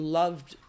loved